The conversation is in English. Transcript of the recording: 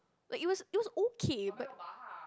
like it was it was okay but